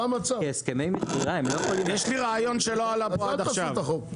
כהסכמי מכירה הם יכולים --- אז אל תעשו את החוק.